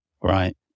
Right